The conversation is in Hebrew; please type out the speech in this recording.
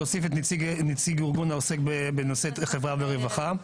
להוסיף את נציג הארגון העוסק בנושא חברה ורווחה.